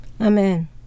Amen